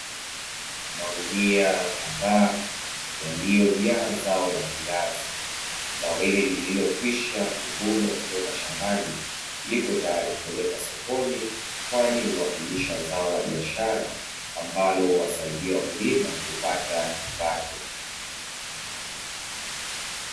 Magunia kadhaa yaliyojaa zao la viazi zao hili lililokwisha kuvunwa kutoka shambani liko tayari kupelekwa sokoni kwani huwakilisha zao la biashara ambalo huwasaidia wakulima kupata kipato.